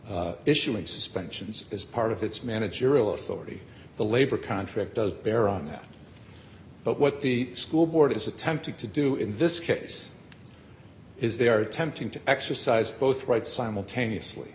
suspensions as part of its managerial authority the labor contract does bear on that but what the school board is attempting to do in this case is they are attempting to exercise both rights simultaneously